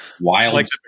wild